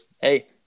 Hey